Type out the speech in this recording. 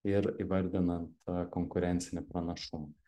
ir įvardinat konkurencinį pranašumą